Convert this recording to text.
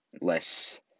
less